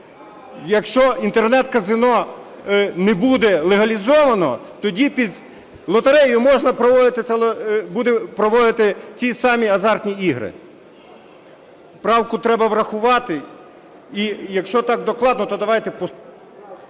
Якщо Інтернет-казино не буде легалізовано, тоді під лотереєю можна проводити... буде проводити ці самі азартні ігри. Правку треба врахувати, і якщо так докладно, то давайте… ГОЛОВУЮЧИЙ.